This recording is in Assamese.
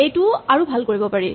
এইটোও আৰু ভাল কৰিব পাৰি